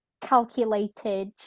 calculated